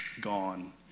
gone